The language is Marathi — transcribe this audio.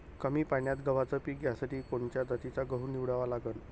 कमी पान्यात गव्हाचं पीक घ्यासाठी कोनच्या जातीचा गहू निवडा लागन?